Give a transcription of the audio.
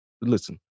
listen